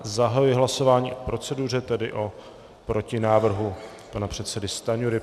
Zahajuji hlasování o proceduře, tedy o protinávrhu pana předsedy Stanjury.